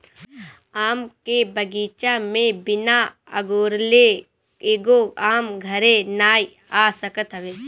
आम के बगीचा में बिना अगोरले एगो आम घरे नाइ आ सकत हवे